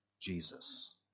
Jesus